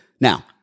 Now